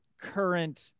current